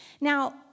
Now